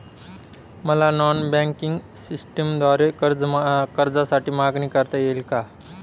मला non banking सिस्टमद्वारे कर्जासाठी मागणी करता येईल का?